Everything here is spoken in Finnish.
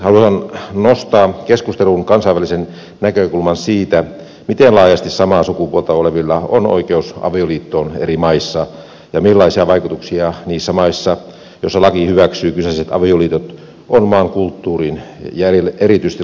haluan nostaa keskusteluun kansainvälisen näkökulman siitä miten laajasti samaa sukupuolta olevilla on oikeus avioliittoon eri maissa ja millaisia vaikutuksia niissä maissa joissa laki hyväksyy kyseiset avioliitot on maan kulttuuriin ja erityisesti lasten kasvatukseen